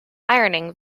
ironing